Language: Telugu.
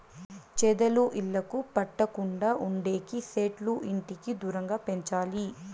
చెదలు ఇళ్లకు పట్టకుండా ఉండేకి సెట్లు ఇంటికి దూరంగా పెంచాలి